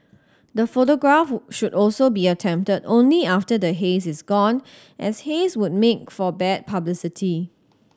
the photograph should also be attempted only after the haze is gone as haze would make for bad publicity